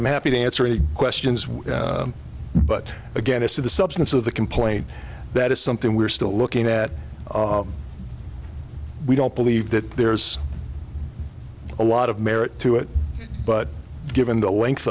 i'm happy to answer any questions with but again as to the substance of the complaint that is something we're still looking at we don't believe that there's a lot of merit to it but given the length